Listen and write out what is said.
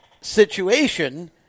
situation